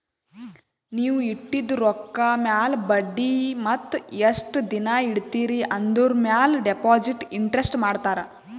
ನೀವ್ ಇಟ್ಟಿದು ರೊಕ್ಕಾ ಮ್ಯಾಲ ಬಡ್ಡಿ ಮತ್ತ ಎಸ್ಟ್ ದಿನಾ ಇಡ್ತಿರಿ ಆಂದುರ್ ಮ್ಯಾಲ ಡೆಪೋಸಿಟ್ ಇಂಟ್ರೆಸ್ಟ್ ಮಾಡ್ತಾರ